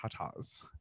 tatas